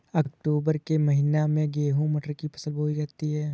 अक्टूबर के महीना में गेहूँ मटर की फसल बोई जाती है